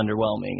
underwhelming